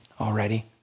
already